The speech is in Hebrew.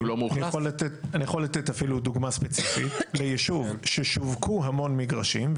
אני יכול לתת אפילו דוגמה ספציפית ליישוב ששווקו המון מגרשים.